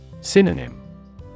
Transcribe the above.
Synonym